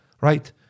Right